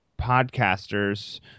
podcasters